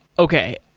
okay.